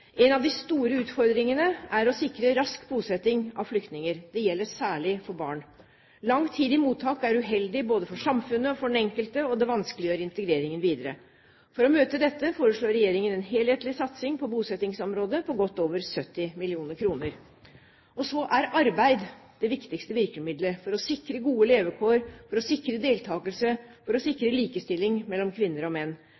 En av de store utfordringene er å sikre rask bosetting av flyktninger. Det gjelder særlig barn. Lang tid i mottak er uheldig både for samfunnet og for den enkelte, og det vanskeliggjør integreringen videre. For å møte dette foreslår regjeringen en helhetlig satsing på bosettingsområdet på godt over 70 mill. kr. Arbeid er det viktigste virkemidlet for å sikre gode levekår, for å sikre deltakelse og for å